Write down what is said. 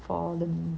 for them